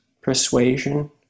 persuasion